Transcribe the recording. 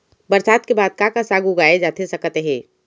बरसात के बाद का का साग उगाए जाथे सकत हे?